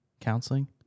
Counseling